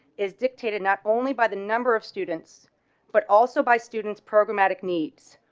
is dictated not only by the number of students but also by students program attic needs,